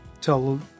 tell